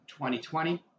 2020